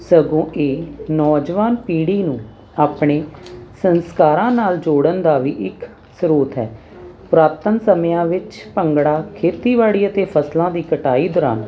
ਸਗੋਂ ਕੇ ਨੌਜਵਾਨ ਪੀੜ੍ਹੀ ਨੂੰ ਆਪਣੇ ਸੰਸਕਾਰਾਂ ਨਾਲ ਜੋੜਨ ਦਾ ਵੀ ਇੱਕ ਸਰੋਤ ਹੈ ਪੁਰਾਤਨ ਸਮਿਆਂ ਵਿੱਚ ਭੰਗੜਾ ਖੇਤੀਬਾੜੀ ਅਤੇ ਫਸਲਾਂ ਦੀ ਕਟਾਈ ਦੌਰਾਨ